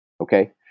Okay